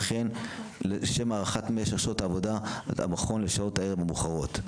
וכן לשם הארכת משך שעות העבודה של המכון לשעות הערב המאוחרות.